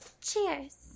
Cheers